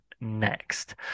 next